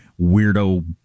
weirdo